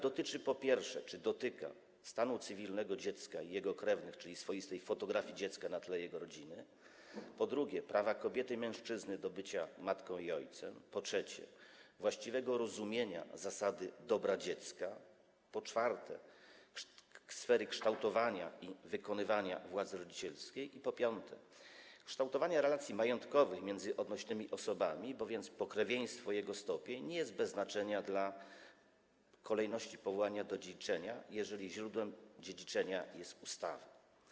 Dotyczy, dotyka on, po pierwsze, stanu cywilnego dziecka i jego krewnych, czyli swoistej fotografii dziecka na tle jego rodziny, po drugie, prawa kobiety i mężczyzny do bycia matką i ojcem, po trzecie, właściwego rozumienia zasady dobra dziecka, po czwarte, sfery kształtowania i wykonywania władzy rodzicielskiej, i po piąte, kształtowania relacji majątkowych miedzy odnośnymi osobami, bowiem pokrewieństwo i jego stopień nie jest bez znaczenia dla kolejności powołania do dziedziczenia, jeżeli źródłem dziedziczenia jest ustawa.